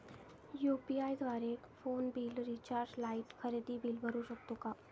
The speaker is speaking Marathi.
यु.पी.आय द्वारे फोन बिल, रिचार्ज, लाइट, खरेदी बिल भरू शकतो का?